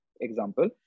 example